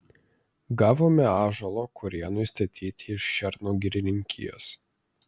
gavome ąžuolo kurėnui statyti iš šernų girininkijos